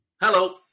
hello